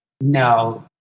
no